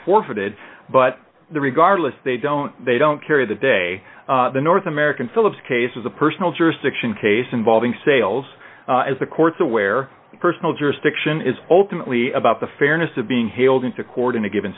forfeited but the regardless they don't they don't carry the day the north american phillips case is a personal jurisdiction case involving sales as the court's aware personal jurisdiction is ultimately about the fairness of being hailed into court in a given